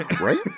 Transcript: Right